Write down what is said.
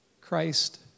Christ